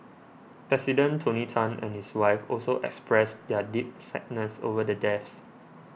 President Tony Tan and his wife also expressed their deep sadness over the deaths